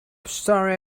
staring